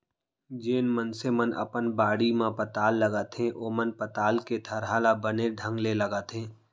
जेन मनसे मन अपन बाड़ी म पताल लगाथें ओमन पताल के थरहा ल बने ढंग ले लगाथें